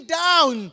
down